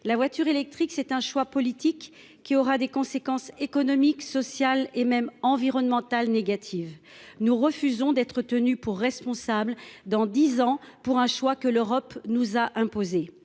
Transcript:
la voiture électrique. C'est un choix politique qui aura des conséquences économiques, sociales et même environnementale négative. Nous refusons d'être tenu pour responsable. Dans 10 ans pour un choix que l'Europe nous a imposé.